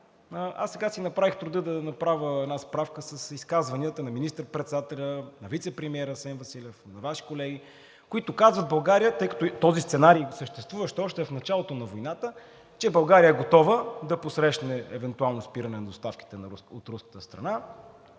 аз сега си направих труда да направя една справка с изказванията на министър-председателя, на вицепремиера Асен Василев, на Ваши колеги, тъй като този сценарий съществуваше още в началото на войната, че България е готова да посрещне евентуално спиране на доставките от руската страна